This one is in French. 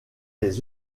les